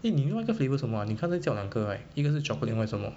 eh 你你另外个 flavour 叫什么 ah 你刚才叫两个 right 一个是 chocolate 另外什么